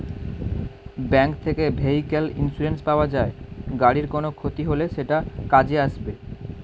bank থেকে vehicle insurance পাওয়া যায়, গাড়ির কোনো ক্ষতি হলে সেটা কাজে আসবে